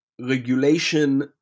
regulation